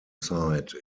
site